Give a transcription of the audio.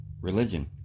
religion